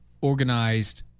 organized